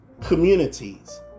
communities